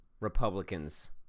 Republicans